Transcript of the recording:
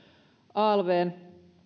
alv